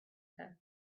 her